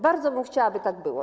Bardzo bym chciała, aby tak było.